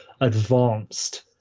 advanced